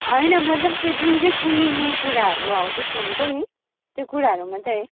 होइन मतलब त्यो जुन चाहिँ कुहिने कुराहरू हौ त्यस्तो हुन्छ नि त्यो कुराहरू मात्रै